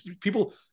people